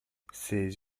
ces